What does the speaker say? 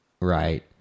right